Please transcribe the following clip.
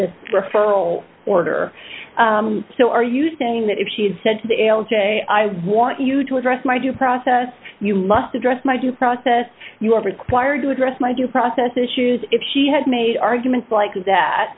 the referral order so are you saying that if she had said to l j i want you to address my due process you must address my due process you are required to address my due process issues if she had made arguments like that